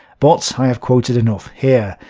but i have quoted enough here.